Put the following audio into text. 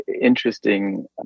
interesting